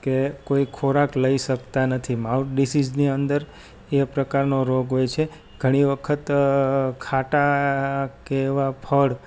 કે કોઈ ખોરાક લઈ શકતા નથી માઉથ ડિસિસની અંદર એ પ્રકારનો રોગ હોય છે ઘણી વખત ખાટા કે એવા ફળ